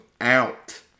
out